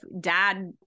dad